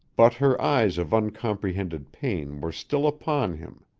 but her eyes of uncomprehended pain were still upon him.